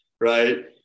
Right